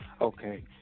Okay